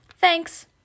Thanks